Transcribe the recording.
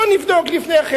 בוא נבדוק לפני כן.